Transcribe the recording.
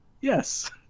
Yes